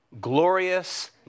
glorious